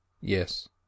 Yes